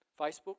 Facebook